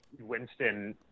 Winston